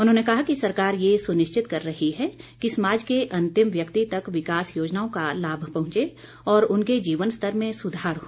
उन्होंने कहा कि सरकार ये सुनिश्चित कर रही है कि समाज के अंतिम व्यक्ति तक विकास योजनाओं का लाभ पहुंचे और उनके जीवन स्तर में सुधार हो